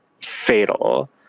fatal